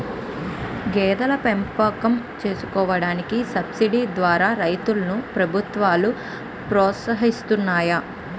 గేదెల పెంపకం చేసుకోడానికి సబసిడీ ద్వారా రైతులను ప్రభుత్వాలు ప్రోత్సహిస్తున్నాయి